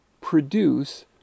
produce